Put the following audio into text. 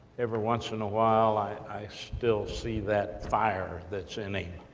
every once in a while, i i still see that fire that's innate.